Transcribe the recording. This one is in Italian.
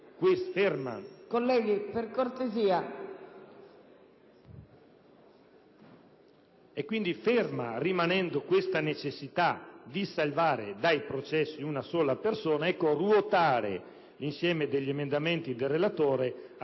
Colleghi, per cortesia,